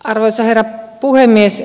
arvoisa herra puhemies